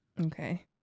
Okay